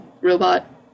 robot